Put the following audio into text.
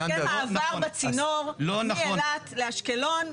הסכם מעבר בצינור מאילת לאשקלון,